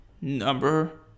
number